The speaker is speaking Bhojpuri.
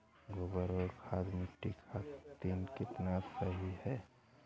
गोबर क खाद्य मट्टी खातिन कितना सही ह?